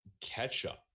ketchup